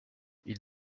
ils